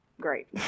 Great